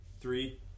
three